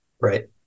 Right